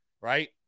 right